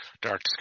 dark